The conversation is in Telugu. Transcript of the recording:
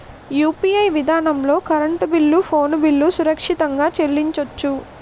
యూ.పి.ఐ విధానంలో కరెంటు బిల్లు ఫోన్ బిల్లు సురక్షితంగా చెల్లించొచ్చు